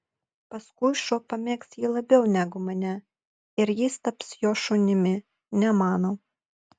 paskui šuo pamėgs jį labiau negu mane ir jis taps jo šunimi ne mano